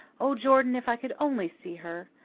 oh, jordan, if i could only see her!